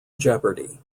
jeopardy